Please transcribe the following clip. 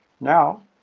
now